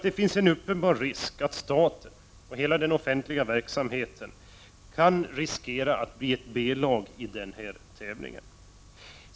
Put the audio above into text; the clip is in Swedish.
Det finns en uppenbar risk att staten och hela den offentliga verksamheten kan komma att bli ett B-lag i denna tävlan.